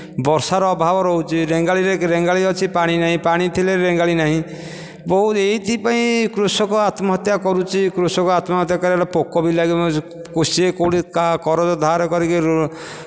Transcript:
ବର୍ଷାର ଅଭାବ ରହୁଛି ରେଙ୍ଗାଳିରେ ରେଙ୍ଗାଳି ଅଛି ପାଣି ନାହିଁ ପାଣି ଥିଲେ ରେଙ୍ଗାଳି ନାହିଁ ବହୁତ ଏଇଥି ପାଇଁ କୃଷକ ଆତ୍ମହତ୍ୟା କରୁଛି କୃଷକ ଆତ୍ମହତ୍ୟା କରିବାର ପୋକ ବି ଲାଗେ କୃଷି କେଉଁଠି କାହା କରଜ ଧାରା କରିକି